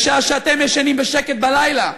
בשעה שאתם ישנים בשקט בלילה,